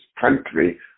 country